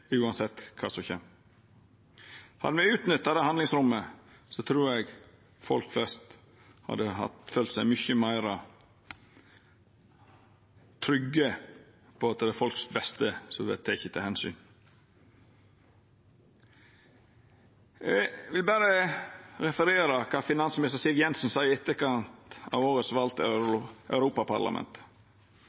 uansett kva som kjem! Hadde me utnytta det handlingsrommet, trur eg folk flest hadde følt seg mykje meir trygge på at det er folks beste som vert teke omsyn til. Eg vil berre referera til kva finansminister Siv Jensen sa i etterkant av årets val til Europaparlamentet.